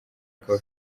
akaba